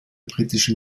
britischen